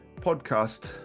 podcast